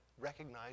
recognize